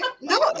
No